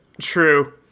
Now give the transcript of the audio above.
True